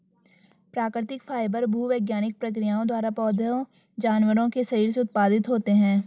प्राकृतिक फाइबर भूवैज्ञानिक प्रक्रियाओं द्वारा पौधों जानवरों के शरीर से उत्पादित होते हैं